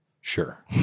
Sure